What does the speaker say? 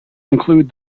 include